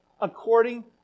according